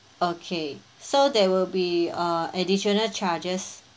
okay so there will be a additional charges